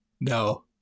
no